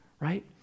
right